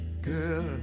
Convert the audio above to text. Girl